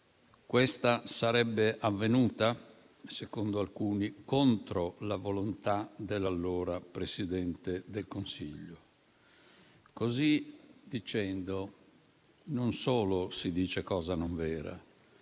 Questa sarebbe avvenuta, secondo alcuni, contro la volontà dell'allora Presidente del Consiglio. Così dicendo, non solo si dice cosa non vera,